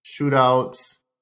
shootouts